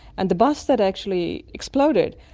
and the bus that actually exploded,